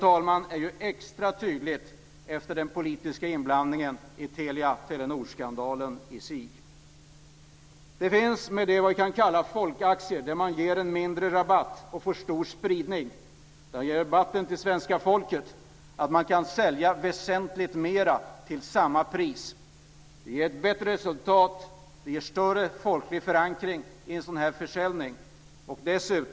Detta är extra tydligt efter den politiska inblandningen i Telia-Telenor-skandalen. Med s.k. folkaktier ger man en mindre rabatt och får stor spridning. Det ger rabatten till svenska folket och gör att man kan sälja väsentligt mer till samma pris. Det ger ett bättre resultat och större folklig förankring i en sådan här försäljningen.